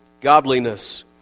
godliness